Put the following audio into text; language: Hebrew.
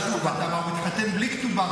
אתם בלי כתובה,